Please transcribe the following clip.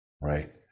right